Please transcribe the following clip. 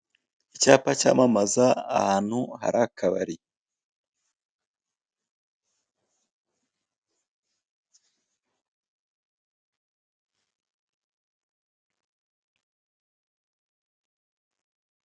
Akazu kari mu ibara ry'umuhondo kanditseho Emutiyeni gatanga serivisi zitandukanye, harimo kubitsa, kubikura, kohereza, kugura amayinite ndetse no kugurisha amayinite. Mo imbere hakaba hahagazemo umugabo ufite bike mu ntoki cyangwa se ikaramu mu ntoki. Imbere hakaba hari n'amakayi cyangwa se impapuro.